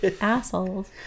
assholes